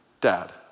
Dad